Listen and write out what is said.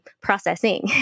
processing